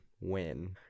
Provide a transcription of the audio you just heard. win